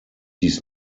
dies